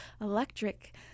electric